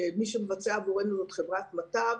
ומי שמבצע עבורנו זה חברת מט"ב,